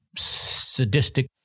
sadistic